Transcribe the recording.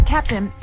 Captain